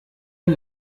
ihn